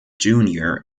junior